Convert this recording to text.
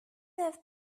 have